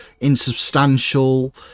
insubstantial